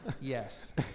Yes